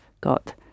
got